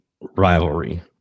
rivalry